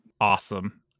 Awesome